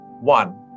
One